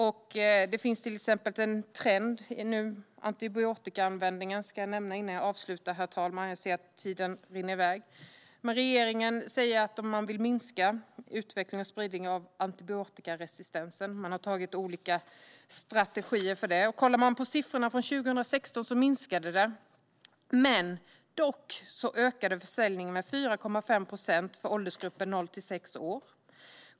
Jag ska nämna en trend inom antibiotikaanvändningen innan jag avslutar, herr talman. Jag ser att talartiden rinner iväg. Regeringen säger att man vill minska utveckling och spridning av antibiotikaresistens och har tagit fram olika strategier för det. Tittar man på siffrorna från 2016 ser man att användningen minskade. Dock ökade försäljningen med 4,5 procent för åldersgruppen 0-6 år.